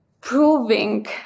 proving